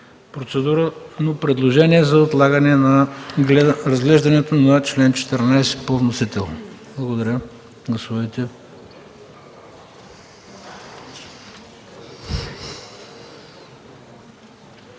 процедурно предложение за отлагане на разглеждането на чл. 14 по вносител. Гласували